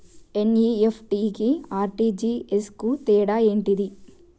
NEFT కి RTGS కు తేడా ఏంటిది?